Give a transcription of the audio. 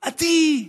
עדי,